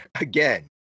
again